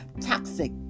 toxic